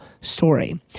story